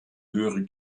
höhere